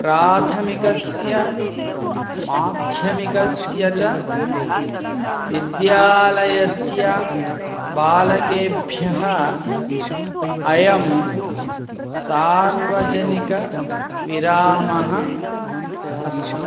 प्राथमिकस्य माध्यमिकस्य च विद्यालयस्य बालकेभ्यः अयं सार्वजनिकविरामः अस्ति